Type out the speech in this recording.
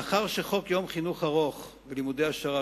מאחר שחוק יום חינוך ארוך ולימודי העשרה,